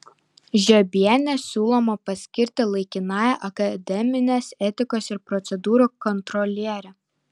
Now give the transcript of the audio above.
žiobienę siūloma paskirti laikinąja akademinės etikos ir procedūrų kontroliere